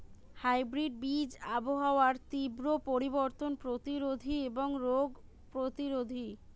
hybrid বীজ আবহাওয়ার তীব্র পরিবর্তন প্রতিরোধী এবং রোগ প্রতিরোধী